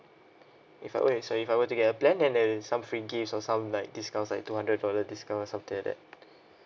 wait so if I were to get a plan then there is some free gifts or some like discounts like two hundred dollar discount something like that